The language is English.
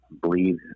believe